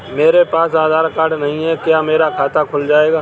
मेरे पास आधार कार्ड नहीं है क्या मेरा खाता खुल जाएगा?